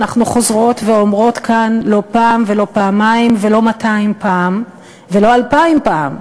אנחנו חוזרות ואומרות כאן לא פעם ולא פעמיים ולא 200 פעם ולא 2,000 פעם,